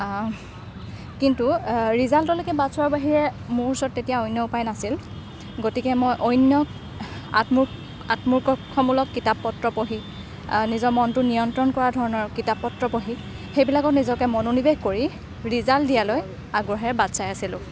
কিন্তু ৰিজাল্টলৈকে বাট চোৱাৰ বাহিৰে মোৰ ওচৰত তেতিয়া অন্য উপায় নাছিল গতিকে মই অন্য আত্ম আত্মকক্ষমূলক কিতাপ পত্ৰ পঢ়ি নিজৰ মনটো নিয়ন্ত্ৰণ কৰা ধৰণৰ কিতাপ পত্ৰ পঢ়ি সেইবিলাকত নিজকে মনোনিৱেশ কৰি ৰিজাল্ট দিয়ালৈ আগ্ৰহেৰে বাট চাই আছিলোঁ